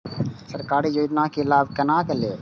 सरकारी योजना के लाभ केना लेब?